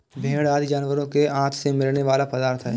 भेंड़ आदि जानवरों के आँत से मिलने वाला पदार्थ है